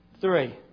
three